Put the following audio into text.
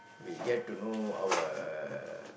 we get to know our